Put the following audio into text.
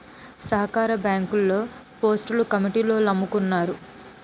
సహకార బ్యాంకుల్లో పోస్టులు కమిటీలోల్లమ్ముకున్నారు